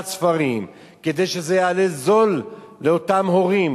ספרים כדי שזה יעלה זול לאותם הורים,